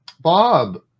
Bob